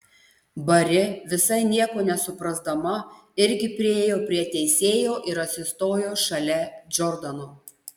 bari visai nieko nesuprasdama irgi priėjo prie teisėjo ir atsistojo šalia džordano